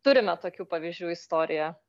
turime tokių pavyzdžių istoriją